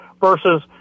versus